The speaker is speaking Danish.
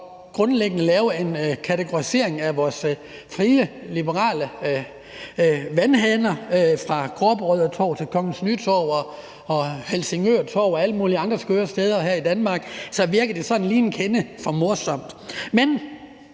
grundlæggende kategorisering af vores frie, liberale adgang til vandhaner, lige fra vandhanerne på Gråbrødre Torv, Kongens Nytorv og Helsingør Torv og til alle mulige andre skøre steder her i Danmark, så virker det sådan lige en kende for morsomt. Men